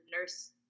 nurse